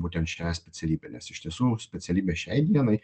būtent šią specialybę nes iš tiesų specialybė šiai dienai